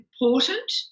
important